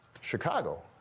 Chicago